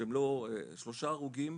שהם לא, שלושה הרוגים,